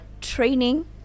Training